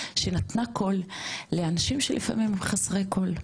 שנתנה קול לאנשים שהם לפעמים חסרי קול.